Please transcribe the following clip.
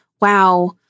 wow